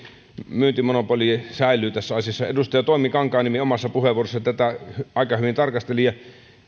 myyntimonopoli säilyy tässä asiassa edustaja toimi kankaanniemi omassa puheenvuorossaan tätä aika hyvin tarkasteli ja